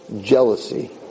jealousy